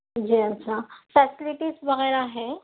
جی اچھا فیسلٹیز وغیرہ ہے